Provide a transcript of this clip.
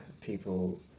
people